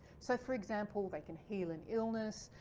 so for example they can heal an illness.